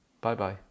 Bye-bye